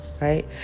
Right